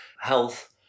health